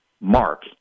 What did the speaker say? Mark